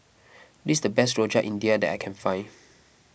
this is the best Rojak India that I can find